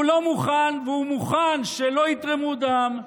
הוא לא מוכן, והוא מוכן שלא יתרמו דם,